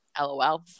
lol